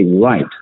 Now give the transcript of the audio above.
right